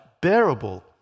bearable